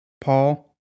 Paul